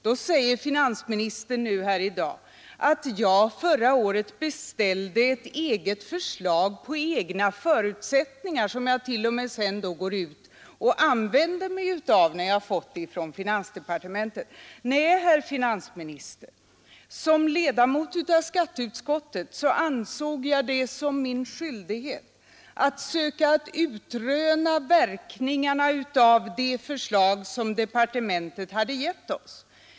Då säger finansministern i dag att jag förra året beställde ett eget fö lag på egna förutsättningar, som jag t.o.m. sedan går ut och använder när jag har fått det från finansdepartementet. Nej, herr finansminister! Som ledamot av skatteutskottet ansåg jag det som min skyldighet att söka utröna verkningarna av det förslag som departementet hade utarbetat.